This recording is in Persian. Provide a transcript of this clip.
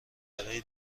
برای